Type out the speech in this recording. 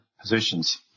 positions